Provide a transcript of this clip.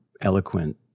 eloquent